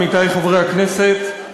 עמיתי חברי הכנסת,